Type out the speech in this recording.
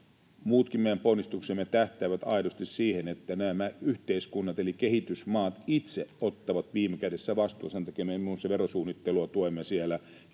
Muutkin meidän ponnistuksemme tähtäävät aidosti siihen, että nämä yhteiskunnat eli kehitysmaat itse ottavat viime kädessä vastuun. Sen takia me muun muassa verotuksen suunnittelua tuemme siellä,